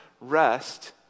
rest